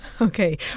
Okay